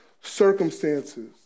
circumstances